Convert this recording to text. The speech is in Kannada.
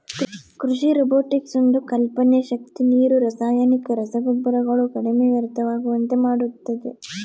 ಕೃಷಿ ರೊಬೊಟಿಕ್ಸ್ ಒಂದು ಕಲ್ಪನೆ ಶಕ್ತಿ ನೀರು ರಾಸಾಯನಿಕ ರಸಗೊಬ್ಬರಗಳು ಕಡಿಮೆ ವ್ಯರ್ಥವಾಗುವಂತೆ ಮಾಡುತ್ತದೆ